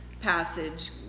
passage